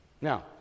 Now